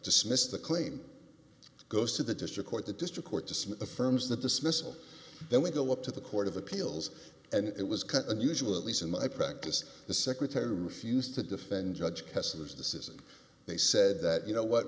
dismissed the claim goes to the district court the district court dismiss the firms the dismissal then we go up to the court of appeals and it was kind of unusual at least in my practice the secretary refused to defend judge kessler's the system they said that you know what